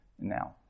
now